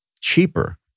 cheaper